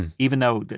and even though,